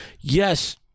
Yes